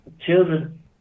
children